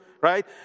right